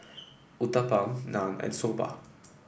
Uthapam Naan and Soba